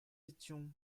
étions